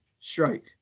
strike